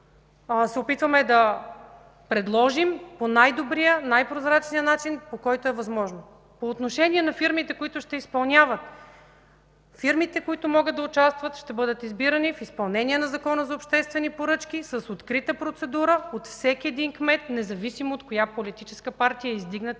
се опитваме да предложим по най-добрия, най-прозрачния начин, по който е възможно. По отношение на фирмите, които ще изпълняват. Фирмите, които могат да участват, ще бъдат избирани в изпълнение на Закона за обществените поръчки с открита процедура от всеки един кмет, независимо от коя политическа партия е издигнат